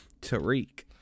Tariq